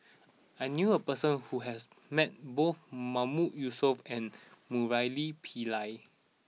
I knew a person who has met both Mahmood Yusof and Murali Pillai